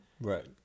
right